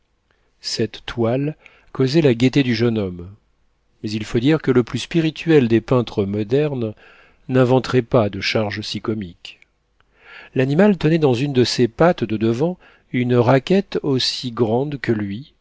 cette toile causait la gaieté du jeune homme mais il faut dire que le plus spirituel des peintres modernes n'inventerait pas de charge si comique l'animal tenait dans une de ses pattes de devant une raquette aussi grande que lui